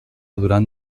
duran